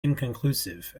inconclusive